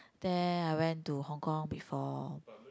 there I went to Hong-Kong before